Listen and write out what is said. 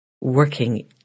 working